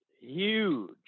huge